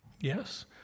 Yes